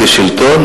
כשלטון,